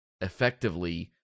effectively